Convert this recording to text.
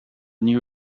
new